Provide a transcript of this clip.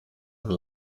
een